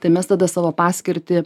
tai mes tada savo paskirtį